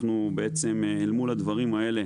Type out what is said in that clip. בעצם אל מול הדברים האלה